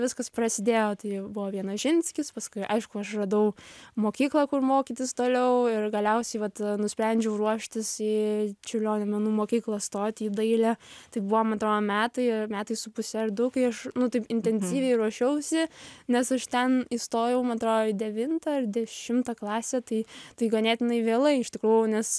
viskas prasidėjo tai buvo vienožinskis paskui aišku aš radau mokyklą kur mokytis toliau ir galiausiai vat nusprendžiau ruoštis į čiurlionio menų mokyklą stoti į dailę tai buvo man atrodo metai ar metai su puse ar du kai aš nu taip intensyviai ruošiausi nes aš ten įstojau man atrodo į devintą ar dešimtą klasę tai tai ganėtinai vėlai iš tikrųjų nes